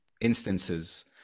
instances